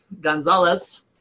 Gonzalez